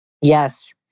Yes